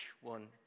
one